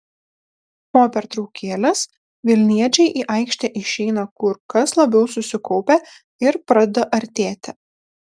po pertraukėlės vilniečiai į aikštę išeina kur kas labiau susikaupę ir pradeda artėti